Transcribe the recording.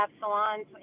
salons